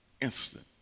instant